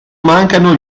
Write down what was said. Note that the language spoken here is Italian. mancano